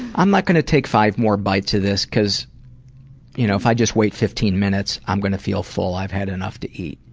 i'm not going to take five more bites of this, because you know if i just wait fifteen minutes, i'm going to feel full. i've had enough to eat.